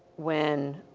when.